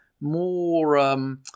more